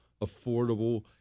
affordable